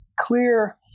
clear